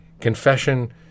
Confession